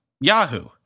Yahoo